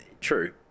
True